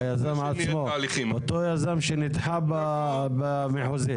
אותו יזם שנדחה במחוזי?